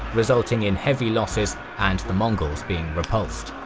resulting in heavy losses and the mongols being repulsed.